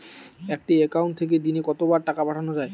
একটি একাউন্ট থেকে দিনে কতবার টাকা পাঠানো য়ায়?